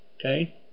Okay